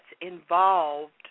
involved